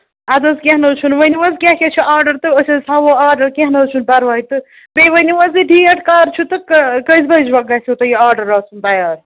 اَدٕ حظ کیٚنٛہہ نہٕ حظ چھُنہٕ ؤنِو حظ کیٛاہ کیٛاہ چھُ آرڈَر تہٕ أسۍ حظ تھاوو آرڈر کیٚنٛہہ نہٕ حظ چھُنہٕ پَرواے تہٕ بیٚیہِ ؤنِو حظ یہِ ڈیٹ کَر چھُ تہٕ کٔژِ بَجہِ گژھوٕ تۄہہِ یہِ آرڈَر آسُن تیار